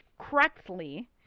correctly